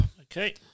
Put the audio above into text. Okay